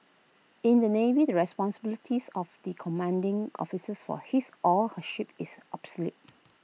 in the navy the responsibilities of the commanding officers will his or her ship is absolute